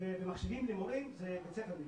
ובמחשבים למורים זה בית הספר מבקש.